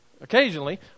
occasionally